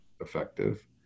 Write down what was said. effective